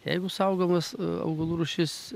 jeigu saugomas augalų rūšys